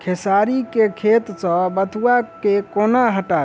खेसारी केँ खेत सऽ बथुआ केँ कोना हटाबी